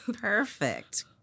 Perfect